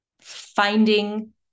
finding